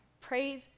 Praise